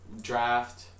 draft